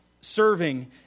serving